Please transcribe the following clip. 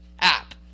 app